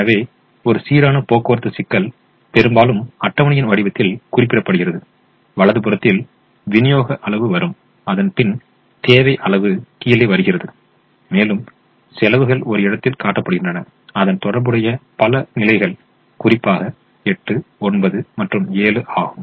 எனவே ஒரு சீரான போக்குவரத்து சிக்கல் பெரும்பாலும் அட்டவணையின் வடிவத்தில் குறிப்பிடப்படுகிறது வலது புறத்தில் விநியோக அளவு வரும் அதன் பின் தேவை அளவு கீழே வருகிறது மேலும் செலவுகள் ஒரு இடத்தில காட்டப்படுகின்றன அதன் தொடர்புடைய பல நிலைகள் குறிப்பாக 8 9 மற்றும் 7 ஆகும்